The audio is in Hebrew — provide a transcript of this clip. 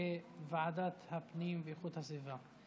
לוועדת הפנים והגנת הסביבה נתקבלה.